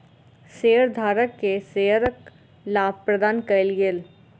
शेयरधारक के शेयरक लाभ प्रदान कयल गेल